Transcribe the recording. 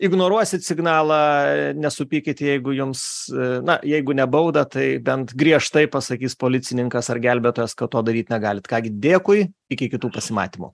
ignoruosit signalą nesupykit jeigu jums na jeigu ne baudą tai bent griežtai pasakys policininkas ar gelbėtojas kad to daryt negalit ką gi dėkui iki kitų pasimatymų